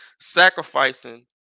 sacrificing